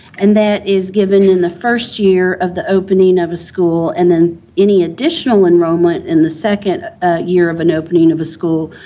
and that is given in the first year of the opening of a school, and then any additional enrollment in the second year of an opening of a school,